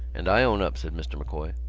and i own up, said mr. m'coy.